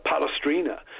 Palestrina